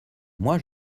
moi